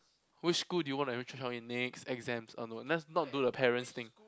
which school do you want to enroll your child in next exams uh no let's not do the parents thing